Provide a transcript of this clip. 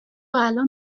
الان